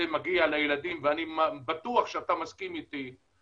מגיע לילדים ואני בטוח שאתה מסכים איתי.